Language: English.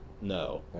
no